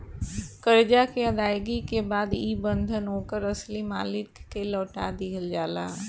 करजा के अदायगी के बाद ई बंधन ओकर असली मालिक के लौटा दिहल जाला